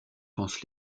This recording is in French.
pense